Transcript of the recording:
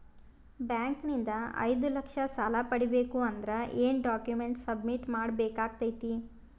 Bank ನಿಂದ ಐದು ಲಕ್ಷ ಸಾಲ ಪಡಿಬೇಕು ಅಂದ್ರ ಏನ ಡಾಕ್ಯುಮೆಂಟ್ ಸಬ್ಮಿಟ್ ಮಾಡ ಬೇಕಾಗತೈತಿ?